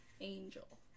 angel